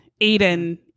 Aiden